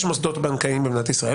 יש מוסדות בנקאיים במדינת ישראל,